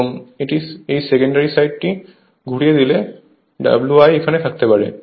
এবং এই সেকেন্ডারি সাইডটি ঘুরিয়ে দিলে Wi এখানে থাকতে পারে